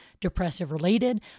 depressive-related